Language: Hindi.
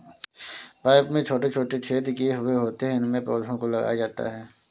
पाइप में छोटे छोटे छेद किए हुए होते हैं उनमें पौधों को लगाया जाता है